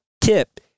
tip